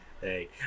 Hey